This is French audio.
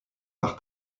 par